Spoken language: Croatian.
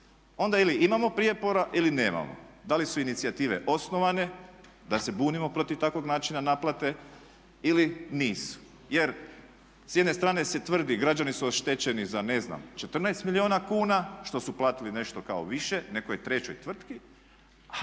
onda ili imamo prijepora ili nemamo. Da li su inicijative osnovane da se bunimo protiv takvog načina naplate ili nisu, jer s jedne strane se tvrdi građani su oštećeni za ne znam 14 milijuna kuna što su platili nešto kao više, nekoj trećoj tvrtki,